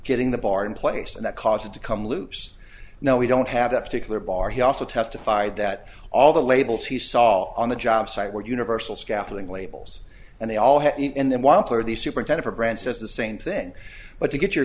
getting the bar in place and that caused it to come loose no we don't have that particular bar he also testified that all the labels he saw on the job site were universal scaffolding labels and they all have and then wampler these superintend her brand says the same thing but to get your